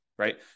right